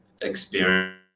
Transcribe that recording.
experience